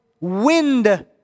wind